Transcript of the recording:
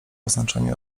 oznaczeniu